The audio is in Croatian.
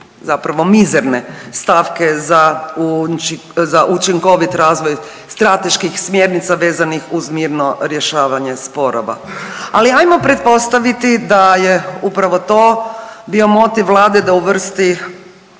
zapravo mizerne stavke za učinkovit razvoj strateških smjernica vezanih uz mirno rješavanje sporova. Ali ajmo pretpostaviti da je upravo to bio motiv Vlade da uvrsti